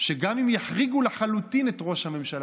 שגם אם יחריגו לחלוטין את ראש הממשלה